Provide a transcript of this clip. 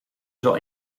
zal